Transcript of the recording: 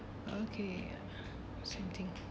okay same thing